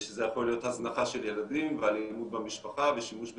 שזה יכול להיות הזנחה של ילדים ואלימות במשפחה ושימוש בסמים,